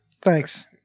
thanks